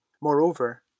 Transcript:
Moreover